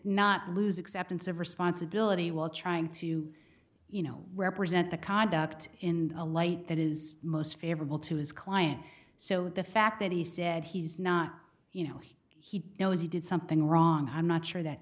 not lose acceptance of responsibility while trying to you know represent the conduct in a light that is most favorable to his client so the fact that he said he's not you know he knows he did something wrong i'm not sure that